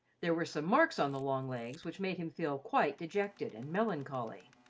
there were some marks on the long legs which made him feel quite dejected and melancholy.